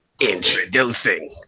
Introducing